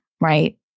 right